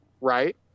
right